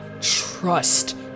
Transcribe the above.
trust